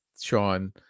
sean